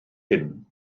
hyn